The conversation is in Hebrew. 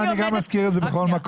גם אני מזכיר את זה בכל מקום.